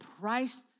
price